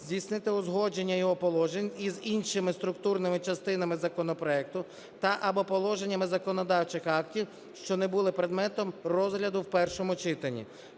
здійснити узгодження його положень із іншими структурними частинами законопроекту та (або) положеннями законодавчих актів, що не були предметом розгляду в першому читанні.